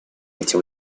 эти